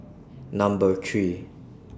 Number three